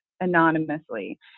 anonymously